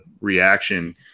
reaction